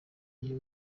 iyo